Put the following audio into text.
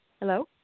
Hello